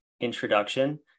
introduction